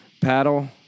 paddle